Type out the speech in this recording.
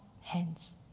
hands